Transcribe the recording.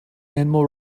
animal